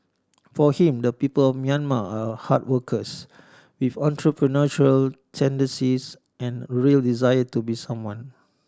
for him the people Myanmar are hard workers with entrepreneurial tendencies and real desire to be someone